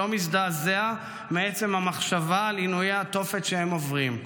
שלא מזדעזע מעצם המחשבה על עינויי התופת שהם עוברים.